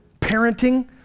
parenting